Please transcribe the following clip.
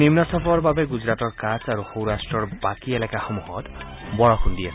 নিম্নচাপৰ বাবে গুজৰাটৰ কাট্ছ আৰু সৌৰাট্টৰ বাকী এলেকাসমূহত বৰষুণ দি আছে